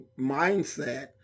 mindset